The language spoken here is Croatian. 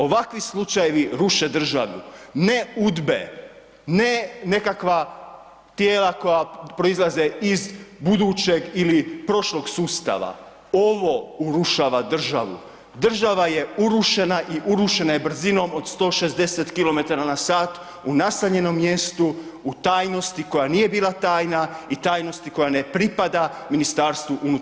Ovakvi slučajevi ruše državu, ne udbe, ne nekakva tijela koja proizlaze iz budućeg ili prošlog sustava, ovo urušava državu, država je urušena i urušena je brzinom od 160 km/h u naseljenom mjestu, u tajnosti koja nije bila tajna i tajnosti koja ne pripada MUP-u.